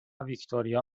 ویکتوریا